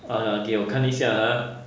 ah 给我看一下 ha